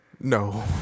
no